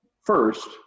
first